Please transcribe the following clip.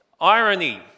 Irony